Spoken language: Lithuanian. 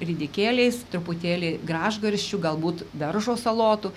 ridikėliais truputėlį gražgarsčių galbūt daržo salotų